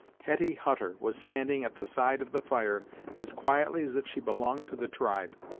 hetty hutter was standing at the side of the fire as quietly as if she belonged to the tribe.